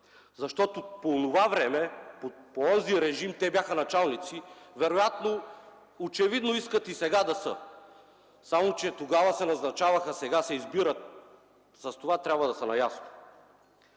защото по онова време, по онзи режим те бяха началници. Очевидно искат и сега да са, само че тогава се назначаваха, а сега се избират – с това трябва да са наясно.